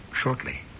shortly